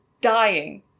dying